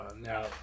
Now